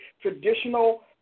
traditional